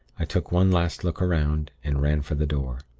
i took one last look round, and ran for the door.